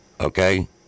okay